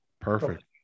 Perfect